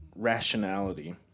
rationality